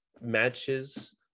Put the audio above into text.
matches